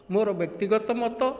ମୋର ବ୍ୟକ୍ତିଗତ ମତ